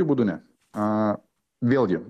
būdu ne a vėlgi